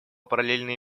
параллельные